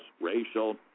racial